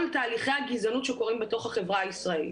תהליכי הגזענות שקורים בתוך החברה הישראלית.